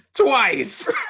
Twice